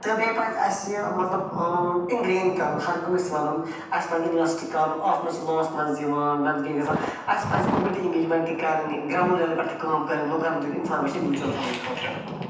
تہٕ بیٚیہِ پَزِ اَسہِ مطلب اِنگرٛین کَرُن ہَر کٲنٛسہِ وَنُن اَسہِ پَزِ اِنوسٮ۪ٹ کَرُن اَتھ منٛز چھِ لاس منٛزٕ یِوان منٛزٕ گین گژھان اَسہِ پَزِ کوٚمیٖٹی اٮ۪نٛگیجمٮ۪نٛٹ تہِ کَرٕنۍ گرٛاوُنٛڈ لٮ۪ولہِ پٮ۪ٹھ تہِ کٲم کَرٕنۍ لُکَن دِنۍ اِنفارمیشَن میوٗچوَل فنٛڈَن خٲطرٕ